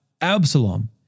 Absalom